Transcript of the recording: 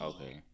Okay